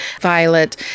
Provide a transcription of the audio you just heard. violet